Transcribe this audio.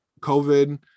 COVID